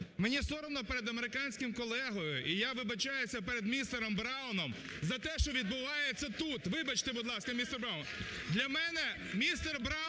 мені соромно перед американським колегою і я вибачаюся перед містером Брауном за те, що відбувається тут. Вибачте, будь ласка, містер Браун. Для мене містер Браун